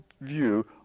view